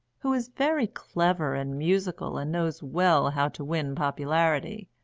who is very clever and musical and knows well how to win popularity.